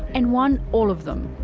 and won all of them.